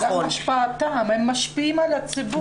גם השפעתם, הם משפיעים על הציבור.